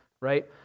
right